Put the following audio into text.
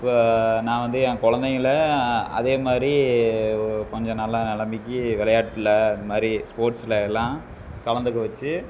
இப்போ நான் வந்து என் குழந்தைங்கள அதே மாதிரி கொஞ்சம் நல்ல நிலமைக்கி விளையாட்டுல அந்த மாதிரி ஸ்போர்ட்ஸ்ல எல்லாம் கலந்துக்க வச்சி